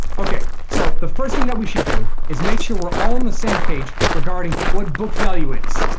okay so the first thing that we should do is make sure we're all on the same page regarding what book value is.